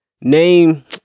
Name